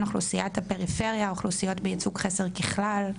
אוכלוסיית הפריפריה האוכלוסיות בייצוג חסר ככלל,